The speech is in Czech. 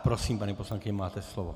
Prosím, paní poslankyně, máte slovo.